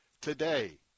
today